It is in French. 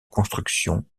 construction